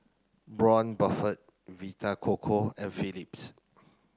Braun Buffel Vita Coco and Phillips